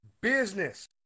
business